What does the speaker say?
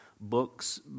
books